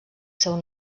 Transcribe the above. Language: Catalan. seu